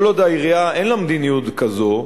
כל עוד לעירייה אין מדיניות כזאת,